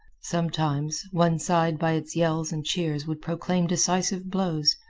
sometimes, one side by its yells and cheers would proclaim decisive blows,